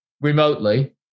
remotely